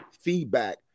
feedback